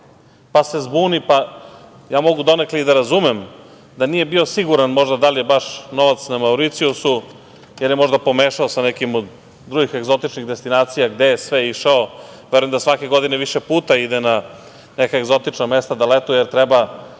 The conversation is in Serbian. pa se zbuni, ja mogu donekle, i da razumem da nije bio siguran možda da li baš novac na Mauricijusu ili je možda pomešao sa nekim od drugih egzotičnih destinacija gde je sve išao, verujem da svake godine više puta ide na neka egzotična mesta da letuje, jer treba